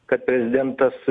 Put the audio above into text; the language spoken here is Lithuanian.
kad prezidentas